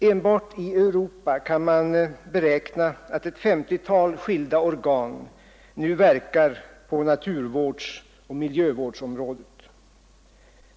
Enbart i Europa kan man beräkna att ett SO-tal skilda organ nu verkar på naturvårdsoch miljövårdsområdet.